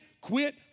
quit